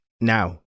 now